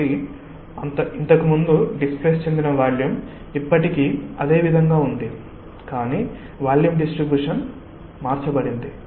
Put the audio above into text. కాబట్టి ఇంతకు ముందు మునిగిపోయిన వాల్యూమ్ ఇప్పటికీ అదే విధంగా ఉంది కానీ వాల్యూమ్ డిస్ట్రిబ్యూషన్ మార్చబడింది